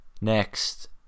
Next